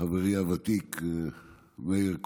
וחברי הוותיק מאיר כהן,